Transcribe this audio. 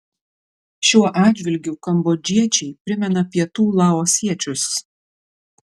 šiuo atžvilgiu kambodžiečiai primena pietų laosiečius